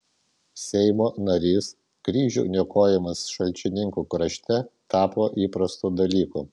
seimo narys kryžių niokojimas šalčininkų krašte tapo įprastu dalyku